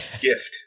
gift